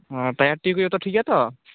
ᱟᱨ tyre tube ᱠᱚ ᱡᱚᱛᱚ ᱴᱷᱤᱠ ᱜᱮᱭᱟ ᱛᱚ